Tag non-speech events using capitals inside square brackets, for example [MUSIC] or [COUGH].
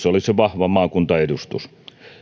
[UNINTELLIGIBLE] olisi vahva maakuntaedustus